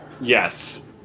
Yes